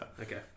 Okay